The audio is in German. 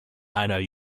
einer